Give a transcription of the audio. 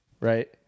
right